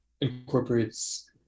incorporates